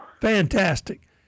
Fantastic